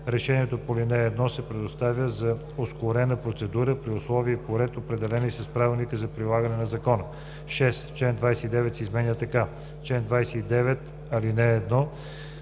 решението по ал. 1 се предоставя по ускорена процедура при условия и по ред, определени с Правилника за прилагане на закона.“ 6. Член 29 се изменя така: „Чл. 29. (1)